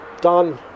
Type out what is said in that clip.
Done